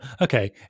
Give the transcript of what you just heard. okay